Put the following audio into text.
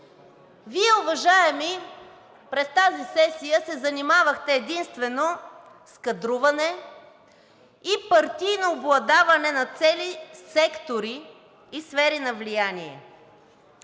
Вие, уважаеми, през тази сесия се занимавахте единствено с кадруване и партийно обладаване на цели сектори и сфери на влияние.